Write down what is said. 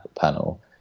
panel